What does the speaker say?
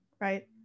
right